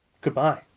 goodbye